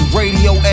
radio